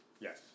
Yes